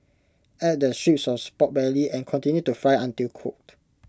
add the strips Pork Belly and continue to fry until cooked